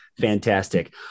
fantastic